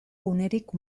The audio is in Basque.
unerik